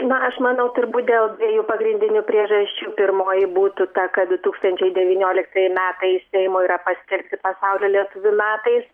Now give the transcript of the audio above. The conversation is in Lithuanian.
na aš manau turbūt dėl dviejų pagrindinių priežasčių pirmoji būtų ta kad du tūkstančiai devynioliktieji metai seimo yra paskelbti pasaulio lietuvių metais